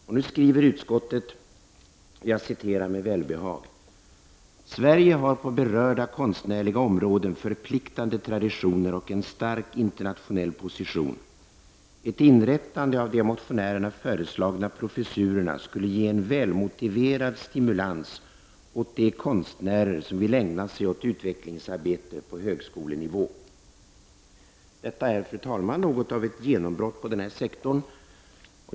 Jag vill med välbehag citera vad utskottet skriver: ”Sverige har på berörda konstnärliga områden förpliktande traditioner och en stark internationell position. Ett inrättande av de av motionärerna föreslagna professurerna skulle ge en välmotiverad stimulans åt de konstnärer, som vill ägna sig åt utvecklingsarbete på högskolenivå.” Detta är, fru talman, något av ett genombrott inom denna sektor.